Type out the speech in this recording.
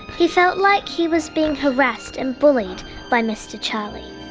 he felt like he was being harassed and bullied by mr charley.